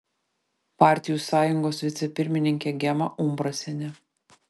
partijų sąjungos vicepirmininkė gema umbrasienė